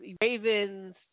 Ravens